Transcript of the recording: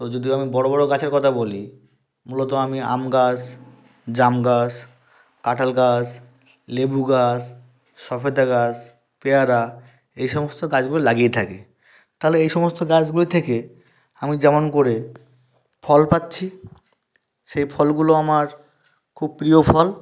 তো যদি আমি বড় বড় গাছের কথা বলি মূলত আমি আম গাছ জাম গাছ কাঁঠাল গাছ লেবু গাছ সবেদা গাছ পেয়ারা এই সমস্ত গাছগুলো লাগিয়ে থাকি তাহলে এই সমস্ত গাছগুলির থেকে আমি যেমন করে ফল পাচ্ছি সেই ফলগুলো আমার খুব প্রিয় ফল